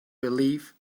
believe